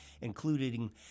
including